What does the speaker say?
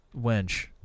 wench